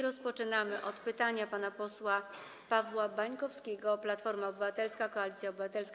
Rozpoczynamy od pytania pana posła Pawła Bańkowskiego, Platforma Obywatelska - Koalicja Obywatelska.